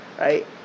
Right